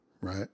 right